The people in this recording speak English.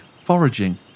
foraging